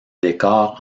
décors